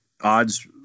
odds